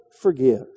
forgive